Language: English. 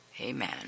Amen